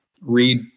read